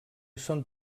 són